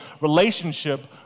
relationship